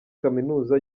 kaminuza